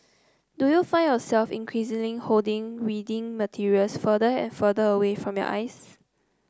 do you find yourself increasingly holding reading materials further and further away from your eyes